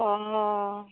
অ